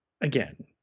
Again